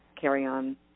Carry-on